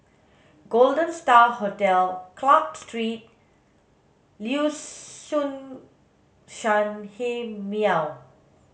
Golden Star Hotel Clarke Street Liuxun Sanhemiao